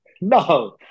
no